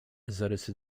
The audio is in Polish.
zarysy